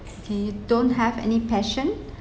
see don't have any passion